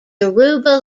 yoruba